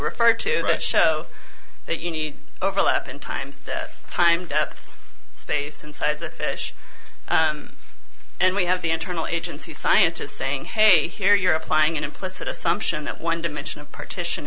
referred to which show that you need overlap in time time depth space inside the fish and we have the internal agency scientists saying hey here you're applying an implicit assumption that one dimension of partition